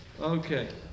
Okay